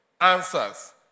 answers